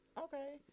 Okay